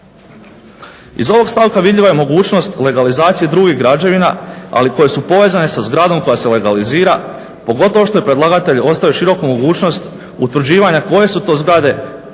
Iz ovog stavka vidljiva je mogućnost legalizacije drugih građevina, ali koje su povezane sa zgradom koja se legalizira pogotovo što je predlagatelj ostavio široku mogućnost utvrđivanja koje su to zgrade